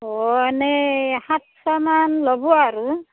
অ এনেই সাতশমান ল'ব আৰু